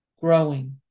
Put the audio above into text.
growing